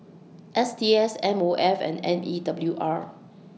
S T S M O F and N E W R